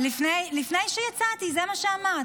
לפני שיצאתי זה מה שאמרת.